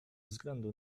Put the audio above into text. względu